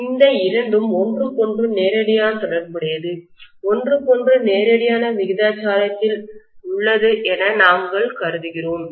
அந்த இரண்டும் ஒன்றுக்கொன்று நேரடியான தொடர்புடையது ஒன்றுக்கொன்று நேரடியான விகிதாசாரத்தில் உள்ளது என நாங்கள் கருதுகிறோம்